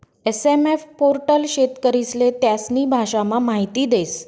SMF portal शेतकरीस्ले त्यास्नी भाषामा माहिती देस